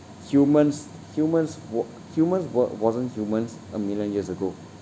humans humans w~ humans we~ wasn't humans a million years ago